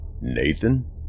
nathan